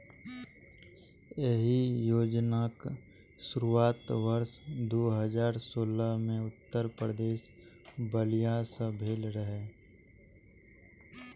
एहि योजनाक शुरुआत वर्ष दू हजार सोलह मे उत्तर प्रदेशक बलिया सं भेल रहै